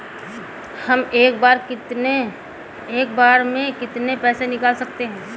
हम एक बार में कितनी पैसे निकाल सकते हैं?